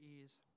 ears